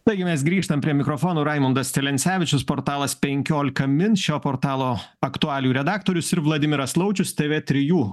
taigi mes grįžtam prie mikrofono raimundas celencevičius portalas penkiolika min šio portalo aktualijų redaktorius ir vladimiras laučius tv trijų